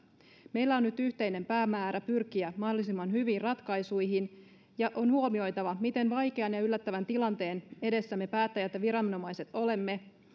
meillä on nyt yhteinen päämäärä pyrkiä mahdollisimman hyviin ratkaisuihin ja on huomioitava miten vaikean ja yllättävän tilanteen edessä me päättäjät ja viranomaiset olemme